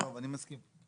אני מסכים.